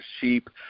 sheep